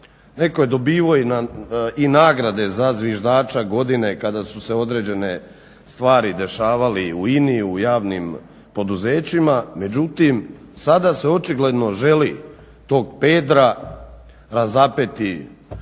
netko je dobivao i nagrade za zviždača godine kada su se određene stvari dešavali u INA-i, u javnim poduzećima. Međutim, sada se očigledno želi tog Pedra razapeti